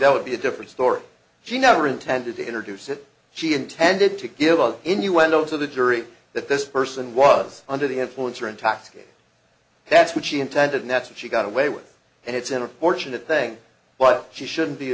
that would be a different story she never intended to introduce it she intended to give out innuendo to the jury that this person was under the influence or intoxicated that's what she intended and that's what she got away with and it's in a fortunate thing but she shouldn't be